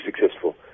successful